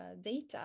data